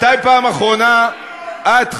מתי פעם אחרונה את,